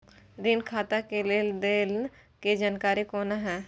ऋण खाता के लेन देन के जानकारी कोना हैं?